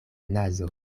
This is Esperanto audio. nazo